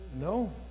No